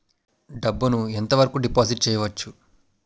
డబ్బు ను ఎంత వరకు డిపాజిట్ చేయవచ్చు?